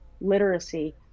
literacy